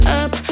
up